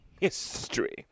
History